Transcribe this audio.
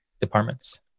departments